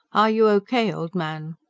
are you o k, old man?